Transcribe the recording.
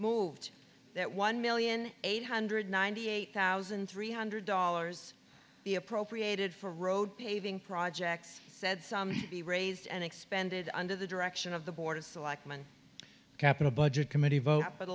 moved that one million eight hundred ninety eight thousand three hundred dollars the appropriated for road paving projects said to be raised and expanded under the direction of the board of selectmen capital budget committee vote